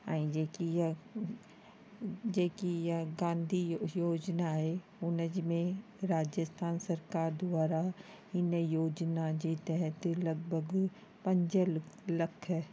ऐं जेकी इहा जेकी इहा गांधी योज योजना आहे हुन जे में राजस्थान सरकार द्वारा हिन योजना जे तहत लॻभॻि पंज लख